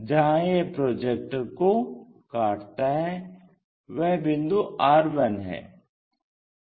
जहाँ यह प्रोजेक्टर को काटता है वह बिंदु r1 है